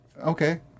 okay